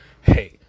hey